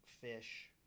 fish